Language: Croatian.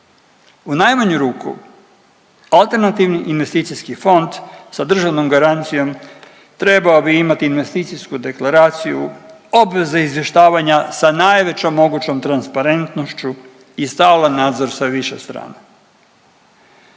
U najmanju ruku AIF sa državnom garancijom trebao bi imati investicijsku deklaraciju obveze izvještavanja sa najvećom mogućom transparentnošću i stalan nadzor sa više strana.